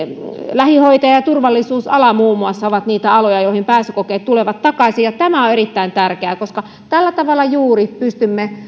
lähihoitaja ja turvallisuusala muun muassa ovat niitä aloja joihin pääsykokeet tulevat takaisin tämä on erittäin tärkeää koska tällä tavalla juuri pystymme